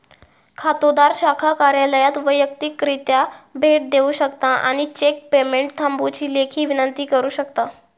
खातोदार शाखा कार्यालयात वैयक्तिकरित्या भेट देऊ शकता आणि चेक पेमेंट थांबवुची लेखी विनंती करू शकता